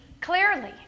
clearly